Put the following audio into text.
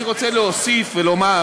אני רוצה להוסיף ולומר,